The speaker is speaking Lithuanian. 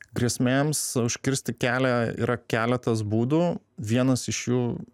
grėsmėms užkirsti kelią yra keletas būdų vienas iš jų